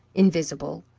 invisible,